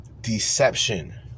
deception